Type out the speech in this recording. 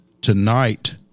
tonight